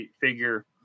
figure